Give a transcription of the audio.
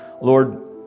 Lord